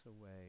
away